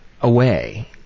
away